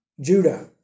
Judah